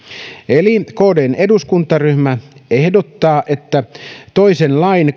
eli kdn eduskuntaryhmä ehdottaa että toisen lain